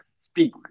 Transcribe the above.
speak